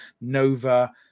Nova